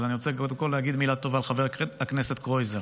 אבל אני רוצה קודם להגיד מילה טובה לחבר הכנסת קרויזר,